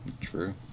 True